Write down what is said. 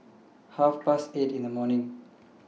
Half Past eight in The morning